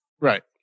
Right